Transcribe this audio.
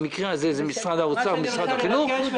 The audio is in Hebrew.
במקרה הזה את משרד האוצר ומשרד החינוך.